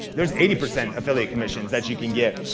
there's eighty percent affiliate commissions that you can get.